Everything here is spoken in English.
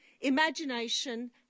imagination